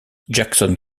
jackson